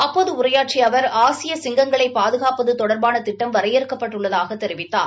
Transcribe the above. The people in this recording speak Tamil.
அப்போது உரையாற்றிய அவா் ஆசிய சிங்கங்களை பாதுகாப்பது தொடர்பான திட்டம் வரையறுக்கப் பட்டுள்ளதாக தெரிவித்தார்